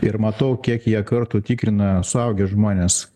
ir matau kiek jie kartų tikrina suaugę žmonės